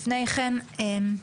לפני כן, כאמור,